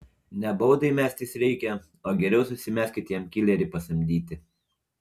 ne baudai mestis reikia o geriau susimeskit jam kilerį pasamdyti